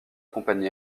compagnie